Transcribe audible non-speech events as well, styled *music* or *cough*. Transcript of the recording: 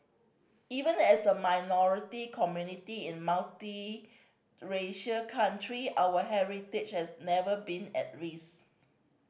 even as a minority community in *unintelligible* country our heritage has never been at risk